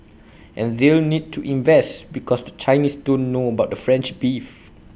and they'll need to invest because the Chinese don't know about the French beef